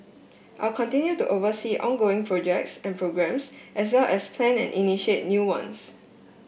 I will continue to oversee ongoing projects and programmes as well as plan and initiate new ones